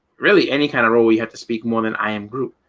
really any kind of role we had to speak more than i in group